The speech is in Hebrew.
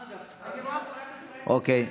אוקיי.